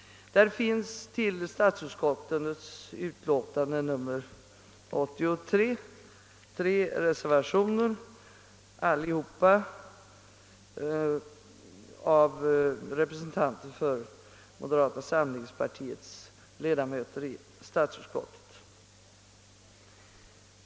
Till statsutskottets förevarande utlåtande nr 83 finns emellertid fogade tre reservationer, som samtliga har avgivits av moderata samlingspartiets representanter i utskottet.